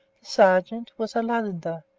sergeant was a londoner,